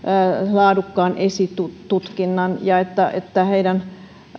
laadukkaan esitutkinnan ja että että heidän